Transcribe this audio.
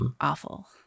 awful